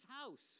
house